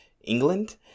England